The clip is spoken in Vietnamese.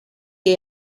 của